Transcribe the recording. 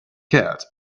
cat